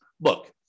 look